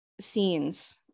scenes